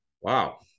Wow